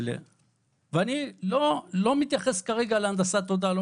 אני לא מתייחס כרגע להנדסת תודעה ולא